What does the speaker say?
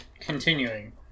continuing